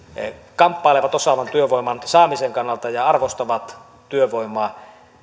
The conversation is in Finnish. kamppailevat osaavan työvoiman saamisesta ja arvostavat työvoimaa